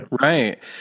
right